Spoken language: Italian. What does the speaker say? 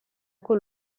con